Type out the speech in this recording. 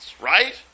right